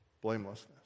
blamelessness